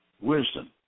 Wisdom